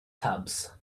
tubs